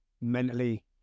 mentally